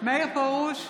מאיר פרוש,